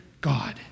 God